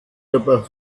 der